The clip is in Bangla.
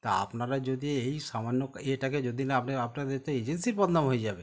তা আপনারা যদি এই সামান্য ইয়েটাকে যদি না আপনি আপনাদের তো এজেন্সির বদনাম হয়ে যাবে